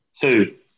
Two